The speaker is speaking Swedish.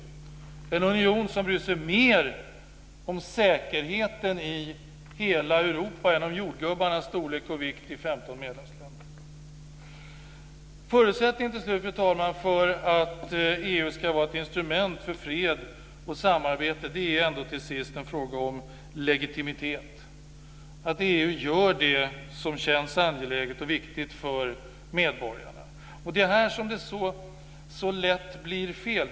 Vi vill ha en union som bryr sig mer om säkerheten i hela Europa än om jordgubbarnas storlek och vikt i 15 medlemsländer. Fru talman! Förutsättningen för att EU ska vara ett instrument för fred och samarbete är ändå till sist en fråga om legitimitet - att EU gör det som känns angeläget och viktigt för medborgarna. Det är här som det så lätt blir fel.